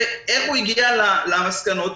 איך הוא הגיע למסקנות.